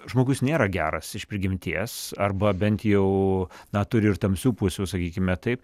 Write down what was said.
žmogus nėra geras iš prigimties arba bent jau na turi ir tamsių pusių sakykime taip